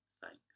Thanks